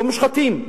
במושחתים.